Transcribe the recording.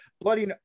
Bloody